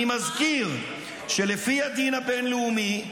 אני מזכיר שלפי הדין הבין-לאומי,